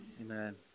Amen